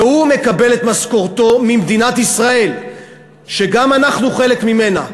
והוא מקבל את משכורתו ממדינת ישראל שגם אנחנו חלק ממנה,